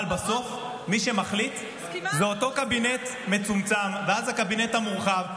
אבל בסוף מי שמחליט זה אותו קבינט מצומצם ואז הקבינט המורחב,